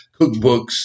cookbooks